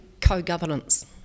co-governance